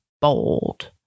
bold